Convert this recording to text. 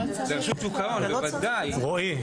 רועי,